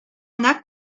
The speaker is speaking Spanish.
una